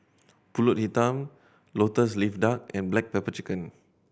Pulut Hitam Lotus Leaf Duck and black pepper chicken